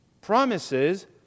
Promises